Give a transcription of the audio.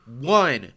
one